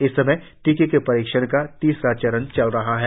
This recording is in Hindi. इस समय टीके के परीक्षण का तीसरा चरण चल रहा है